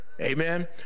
Amen